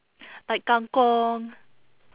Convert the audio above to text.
like kang-kong